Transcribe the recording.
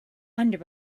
under